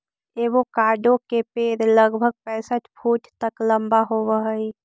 avocado के पेड़ लगभग पैंसठ फुट तक लंबा होब हई